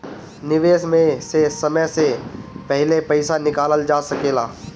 निवेश में से समय से पहले पईसा निकालल जा सेकला?